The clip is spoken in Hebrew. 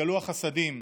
התגלו החסדים,